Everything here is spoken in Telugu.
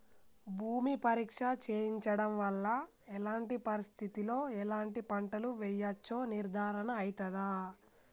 భూమి పరీక్ష చేయించడం వల్ల ఎలాంటి పరిస్థితిలో ఎలాంటి పంటలు వేయచ్చో నిర్ధారణ అయితదా?